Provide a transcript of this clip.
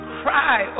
cry